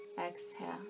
Exhale